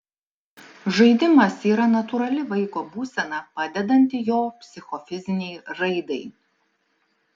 žaidimas yra natūrali vaiko būsena padedanti jo psichofizinei raidai